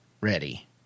ready